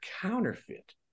counterfeit